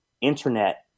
internet